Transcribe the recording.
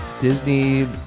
Disney